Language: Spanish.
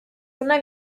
una